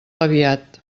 aviat